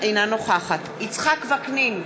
אינה נוכחת יצחק וקנין,